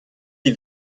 die